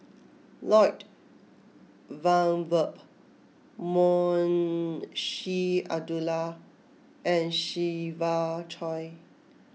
Lloyd Valberg Munshi Abdullah and Siva Choy